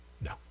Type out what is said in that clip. No